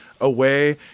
away